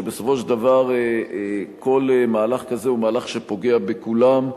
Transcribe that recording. שבסופו של דבר כל מהלך כזה הוא מהלך שפוגע בכולם,